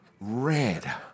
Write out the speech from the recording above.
red